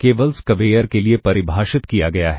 केवल स्क्वेयर के लिए परिभाषित किया गया है